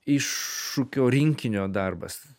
iššūkio rinkinio darbas